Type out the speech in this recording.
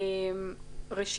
בבקשה.